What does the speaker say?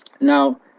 Now